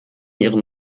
ihren